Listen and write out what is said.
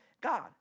God